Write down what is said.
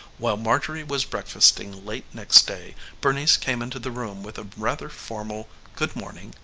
while marjorie was breakfasting late next day bernice came into the room with a rather formal good morning,